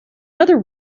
other